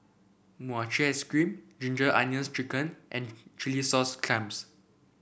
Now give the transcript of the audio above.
Mochi Ice Cream Ginger Onions chicken and Chilli Sauce Clams